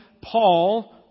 Paul